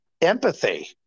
empathy